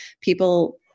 people